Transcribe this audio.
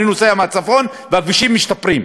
אני נוסע מהצפון והכבישים משתפרים,